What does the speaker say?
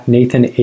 Nathan